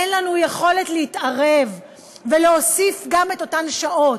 אין לנו יכולת להתערב ולהוסיף גם את אותן שעות.